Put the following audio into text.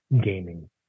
gaming